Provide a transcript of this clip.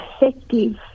effective